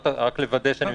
כן.